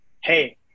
Hey